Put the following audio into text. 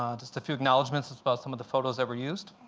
just a few acknowledgments about some of the photos that were used.